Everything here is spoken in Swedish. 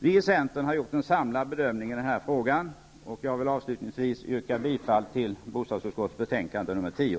Vi i centern har gjort en samlad bedömning i denna fråga, och jag vill avslutningsvis yrka bifall till hemställan i bostadsutskottets betänkande 10.